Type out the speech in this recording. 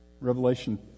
Revelation